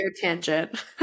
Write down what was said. tangent